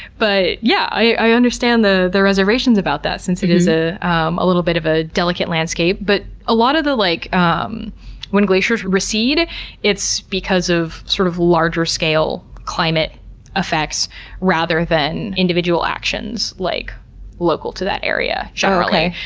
but yeah, i understand the the reservations about that since it is ah um a little bit of a delicate landscape. but a lot of the, like um when glaciers recede it's because of sort of larger scaler climate effects rather than individual actions like local to that area, generally.